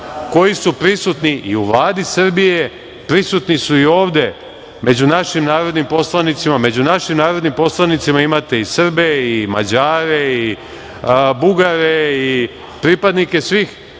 koji su prisutni i u Vladi Srbije, prisutni su i ovde među našim narodnim poslanicima. Među našim narodnim poslanicima imate i Srbe i Mađare i Bugare i pripadnike svih